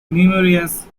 numerous